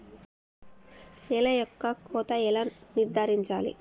నేల యొక్క కోత ఎలా నిర్ధారించాలి?